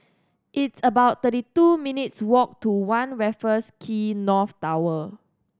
it's about thirty two minutes' walk to One Raffles Quay North Tower